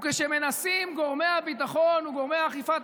וכשמנסים גורמי הביטחון וגורמי אכיפת